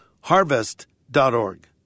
harvest.org